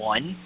One